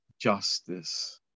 justice